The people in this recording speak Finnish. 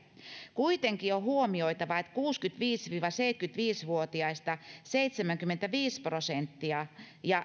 kuitenkin on huomioitava että kuusikymmentäviisi viiva seitsemänkymmentäviisi vuotiaista seitsemänkymmentäviisi prosenttia ja